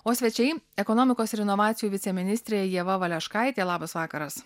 o svečiai ekonomikos ir inovacijų viceministrė ieva valeškaitė labas vakaras